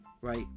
right